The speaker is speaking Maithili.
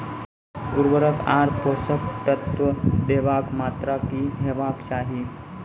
उर्वरक आर पोसक तत्व देवाक मात्राकी हेवाक चाही?